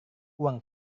uang